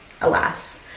alas